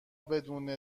بدون